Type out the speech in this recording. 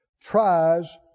tries